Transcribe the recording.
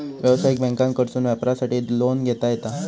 व्यवसायिक बँकांकडसून व्यापारासाठी लोन घेता येता